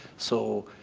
so